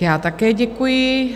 Já také děkuji.